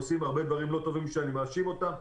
עושה והרבה דברים לא טובים שהם עושים ואני מאשים אותם.